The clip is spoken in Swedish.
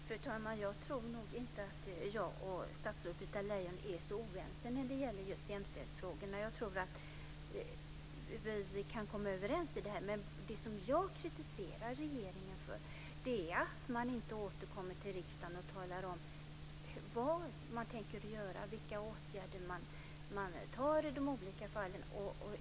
Fru talman! Jag tror inte att jag och statsrådet Britta Lejon är så oense när det gäller just jämställdhetsfrågorna. Jag tror att vi kan komma överens om det här. Det som jag kritiserar regeringen för är att man inte återkommer till riksdagen och talar om vad man tänker göra och vilka åtgärder man vidtar i de olika fallen.